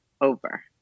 over